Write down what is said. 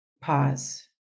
pause